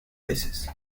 veces